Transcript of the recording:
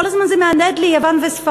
כל הזמן זה מהדהד לי, יוון וספרד.